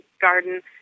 garden